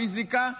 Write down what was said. פיזיקה,